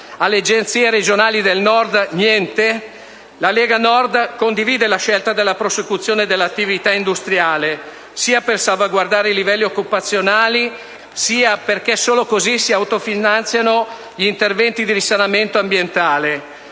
alle Agenzie regionali del Nord? Niente? La Lega Nord condivide la scelta della prosecuzione dell'attività industriale, sia per salvaguardare i livelli occupazionali, sia perché solo così si autofinanziano gli interventi di risanamento ambientale.